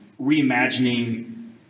reimagining